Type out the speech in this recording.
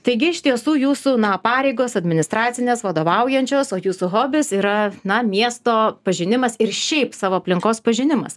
taigi iš tiesų jūsų na pareigos administracinės vadovaujančios o jūsų hobis yra na miesto pažinimas ir šiaip savo aplinkos pažinimas